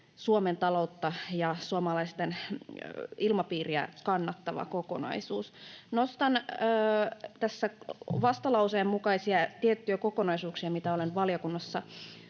Suomen taloutta ja suomalaisten ilmapiiriä kannattava kokonaisuus. Nostan tässä tiettyjä, vastalauseen mukaisia kokonaisuuksia, mitä olen valiokunnassa